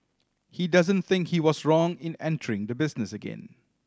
he doesn't think he was wrong in entering the business again